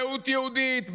זהות יהודית,